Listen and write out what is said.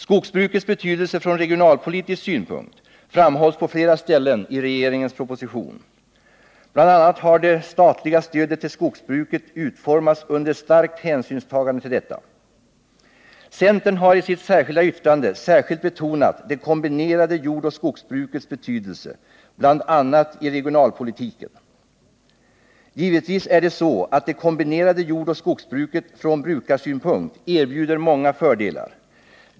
Skogsbrukets betydelse från regionalpolitisk synpunkt framhålls på flera ställen i regeringens proposition. BI. a. har det statliga stödet till skogsbruket utformats under starkt hänsynstagande härtill. Centern har i sitt särskilda yttrande särskilt betonat det kombinerande jordoch skogsbrukets betydelse, bl.a. i regionalpolitiken. Givetvis är det så att det kombinerade jordoch skogsbruket från brukarsynpunkt erbjuder många fördelar.